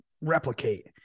replicate